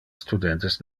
studentes